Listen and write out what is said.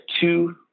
two